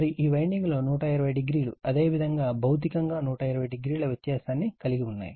మరియు ఈ వైండింగ్ లు 120o అదేవిధంగా భౌతికంగా 120o వ్యత్యాసాన్ని కలిగి ఉన్నాయి